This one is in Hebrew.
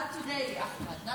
Not today, Ahmed.